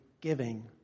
giving